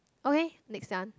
okay next done